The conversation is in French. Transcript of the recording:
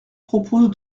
propose